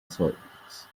solids